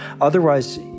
Otherwise